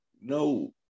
no